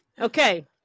Okay